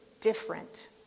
different